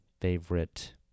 favorite